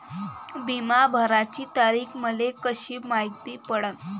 बिमा भराची तारीख मले कशी मायती पडन?